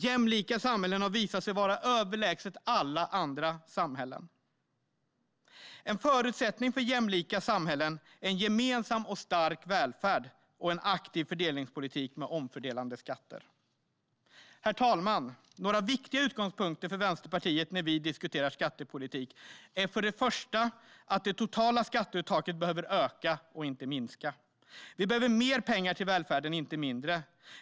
Jämlika samhällen har visat sig vara överlägsna alla andra samhällen. En förutsättning för jämlika samhällen är en gemensam och stark välfärd och en aktiv fördelningspolitik med omfördelande skatter. Herr talman! En av de viktiga utgångspunkterna för Vänsterpartiet när vi diskuterar skattepolitik är att det totala skatteuttaget behöver öka - inte minska. Vi behöver mer pengar till välfärden - inte mindre.